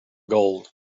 gold